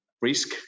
risk